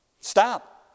Stop